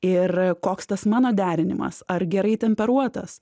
ir koks tas mano derinimas ar gerai temperuotas